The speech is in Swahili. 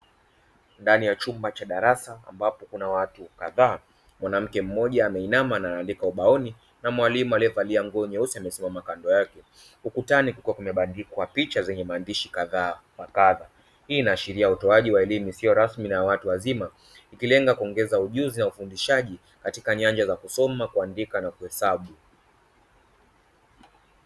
Ndani ya chumba cha darasa ambapo kuna watu kadhaa, mwanamke mmoja ameinama anaandika ubaoni na mwalimu alievalia nguo nyeusi amesimama kando yake, ukutani kukiwa kumebandikwa picha zenye maandishi kadhaa wa kadha. Hii inaashiria utoaji wa elimu isiyo rasmi na ya watu wazima ikilenga kuongeza ujuzi na ufundishaji katika nyanja za kusoma, kuandika na kuhesabu.